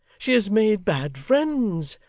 she has made bad friends,